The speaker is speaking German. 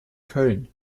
köln